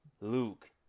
Luke